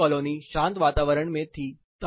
दूसरी कॉलोनी शांत वातावरण में थी